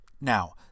Now